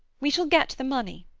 we shall get the money.